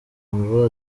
ngo